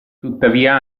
tuttavia